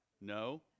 No